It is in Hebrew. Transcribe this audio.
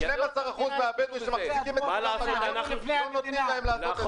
12% מהבדואים שמחזיקים את אדמות המדינה לא נותנים להם לעשות את זה.